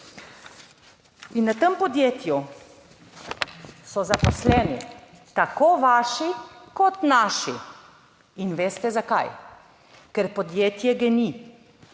in v tem podjetju so zaposleni tako vaši kot naši. In veste zakaj? Ker podjetje GEN-I